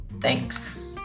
Thanks